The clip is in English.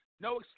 No